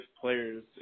players